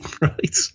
right